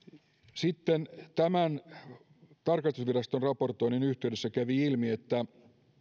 sitten tarkastusviraston raportoinnin yhteydessä kävi ilmi että